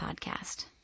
podcast